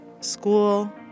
school